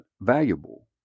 valuable